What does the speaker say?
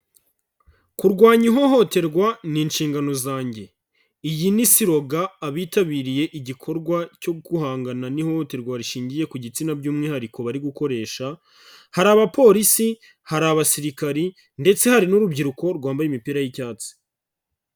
Kurwanya ihohoterwa ni inshingano zanjye, iyi ni siroga abitabiriye igikorwa cyo guhangana n'ihohoterwa rishingiye ku gitsina by'umwihariko bari gukoresha, hari abapolisi, hari abasirikari ndetse hari n'urubyiruko rwambaye imipira y'icyatsi.